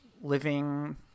living